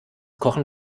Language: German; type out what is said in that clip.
kochen